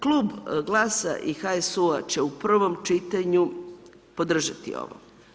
Klub GLAS-a i HSU-a će u prvom čitanju podržati ovo.